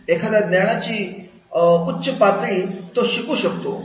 एखादा ज्ञानाची भिंत पातळी शिकू शकतो